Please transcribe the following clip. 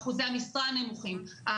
אחוזי המשרה הנמוכים,